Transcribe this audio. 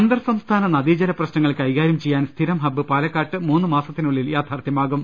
അന്തർസംസ്ഥാന നദീജല പ്രശ്നങ്ങൾ കൈകാരൃം ചെയ്യാൻ സ്ഥിരം ഹബ് പാലക്കാട്ട് മൂന്ന് മാസത്തിനുള്ളിൽ യാഥാർത്ഥ്യമാകും